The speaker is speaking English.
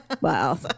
Wow